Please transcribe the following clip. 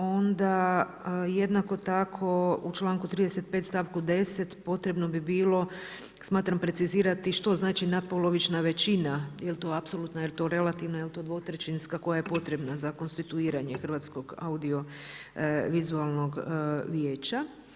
Onda jednako tako u članku 35. stavku 10. potrebno bi bilo precizirati što znači nadpolovična većina, jel to apsolutna, jel to relativna, jel to dvotrećinska, koja je potrebna za konstituiranje Hrvatskog audiovizualnog vijeća.